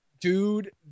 Dude